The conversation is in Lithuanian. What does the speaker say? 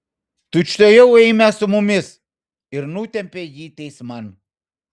tučtuojau eime su mumis ir nutempė jį teisman